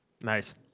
Nice